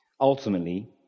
Ultimately